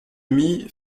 demie